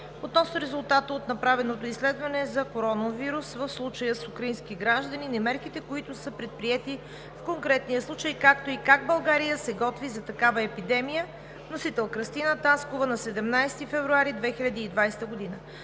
относно резултата от направеното изследване за коронавирус 2019 – nCoV в случая с украински гражданин и мерките, които са предприети в конкретния случай, както и как България се готви за такава епидемия. Вносител – Кръстина Таскова на 17 февруари 2020 г.